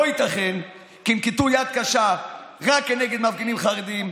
לא ייתכן כי ינקטו יד קשה רק נגד מפגינים חרדים.